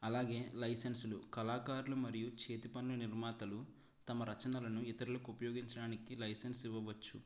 అలాగే లైసెన్స్లు కళాకారులు మరియు చేతి పనులు నిర్మాతులు తమ రచనలను ఇతరలకు ఉపయోగించడానికి లైసెన్స్ ఇవ్వవొచ్చు